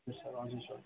के साह्रो हजुर सर